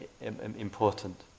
important